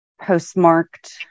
postmarked